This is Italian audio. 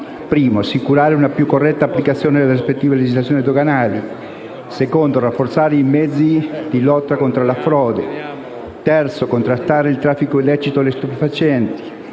di assicurare una più corretta applicazione delle rispettive legislazioni doganali; rafforzare i mezzi di lotta contro la frode; contrastare il traffico illecito degli stupefacenti;